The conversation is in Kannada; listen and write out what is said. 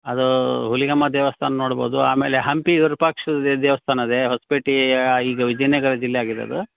ಅದು ಹುಲಿಗಮ್ಮ ದೇವಸ್ಥಾನ ನೋಡ್ಬೋದು ಆಮೇಲೆ ಹಂಪಿ ವಿರೂಪಾಕ್ಷ ದೇವಸ್ಥಾನ ಇದೇ ಹೊಸ್ಪೇಟೆ ಈಗ ವಿಜಯನಗರ ಜಿಲ್ಲೆ ಆಗಿದದು